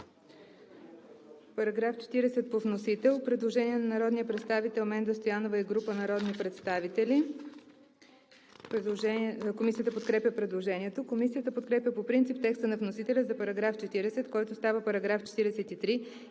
По § 43 по вносител има предложение от народния представител Менда Стоянова и група народни представители. Комисията подкрепя предложението. Комисията подкрепя по принцип текста на вносителя за § 43, който става § 46 и